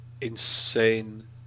insane